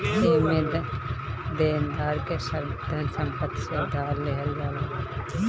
एमे देनदार के सब धन संपत्ति से उधार लेहल जाला